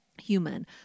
human